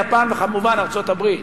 יפן וכמובן ארצות-הברית.